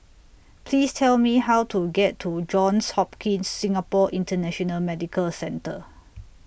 Please Tell Me How to get to Johns Hopkins Singapore International Medical Centre